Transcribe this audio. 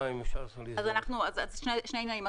ישנם שני נושאים.